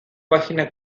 página